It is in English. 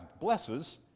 blesses